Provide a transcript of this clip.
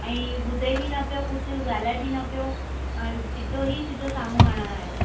ऐं ॿुधे बि न पियो कुझु ॻाल्हाए बि न पियो सिधो ई सिधो साम्हूं हणणु आहियो